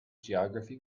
geography